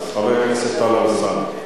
אז חבר הכנסת טלב אלסאנע.